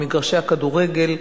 במגרשי הכדורגל,